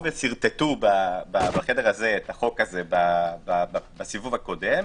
כששרטטו בחדר הזה את החוק הזה בסיבוב הקודם,